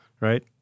right